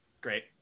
great